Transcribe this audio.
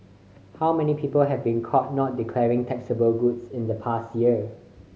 how many people have been caught not declaring taxable goods in the past year